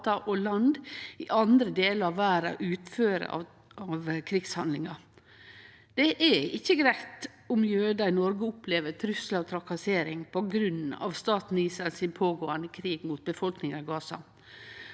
og land i andre delar av verda utfører av krigshandlingar. Det er ikkje greitt om jødar i Noreg opplever truslar og trakassering på grunn av staten Israels pågåande krig mot befolkninga i Gaza.